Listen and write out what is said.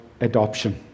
adoption